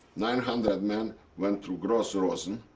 nine hundred men went to gross-rosen,